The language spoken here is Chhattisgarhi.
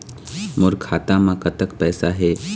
मोर खाता म कतक पैसा हे?